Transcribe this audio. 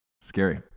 Scary